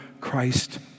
Christ